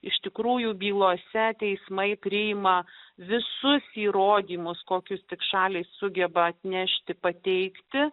iš tikrųjų bylose teismai priima visus įrodymus kokius tik šaliai sugeba atnešti pateikti